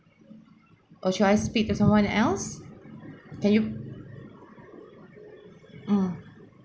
or should I speak to someone else can you mm